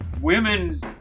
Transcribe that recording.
Women